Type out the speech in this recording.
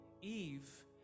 Eve